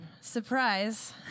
Surprise